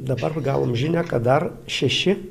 dabar va gavom žinią kad dar šeši